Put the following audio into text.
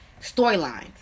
storylines